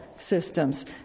Systems